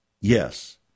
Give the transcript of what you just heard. Yes